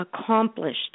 accomplished